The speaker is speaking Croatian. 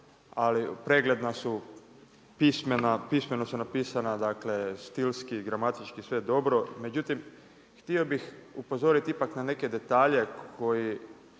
ali pregledna su, pismeno su napisana, dakle, stilski, gramatički, sve dobro. Međutim, htio bih upozoriti na neke detalje, koji